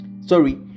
Sorry